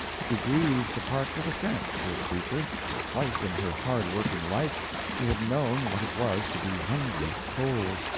she grieved to part with a cent, poor creature, for twice in her hard-working life she had known what it was to be hungry, cold,